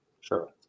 Sure